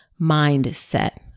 mindset